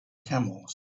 camels